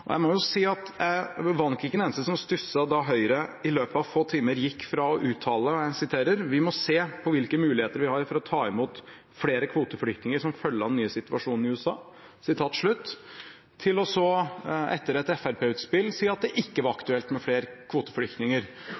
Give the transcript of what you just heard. Jeg må si at jeg var nok ikke den eneste som stusset da Høyre i løpet av få timer gikk fra å uttale at «Vi må se på hvilke muligheter vi har for å ta imot flere kvoteflyktninger som følge av den nye situasjonen i USA», til så etter et fremskrittspartiutspill å si at det ikke var aktuelt med flere kvoteflyktninger.